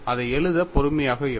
அதை எழுத பொறுமையாக இருங்கள்